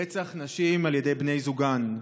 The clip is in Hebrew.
רצח נשים על ידי בני זוגן.